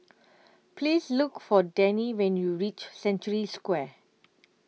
Please Look For Denny when YOU REACH Century Square